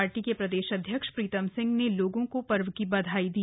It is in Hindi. पार्टी के प्रदेश अध्यक्ष प्रीतम सिंह ने लोगों को पर्व की बधाई दी